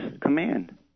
command